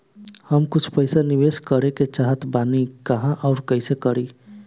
हम कुछ पइसा निवेश करे के चाहत बानी और कहाँअउर कइसे करी?